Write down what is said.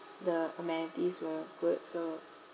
the amenities were good so